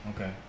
Okay